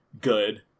good